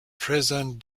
present